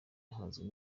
hazwi